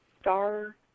star